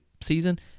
season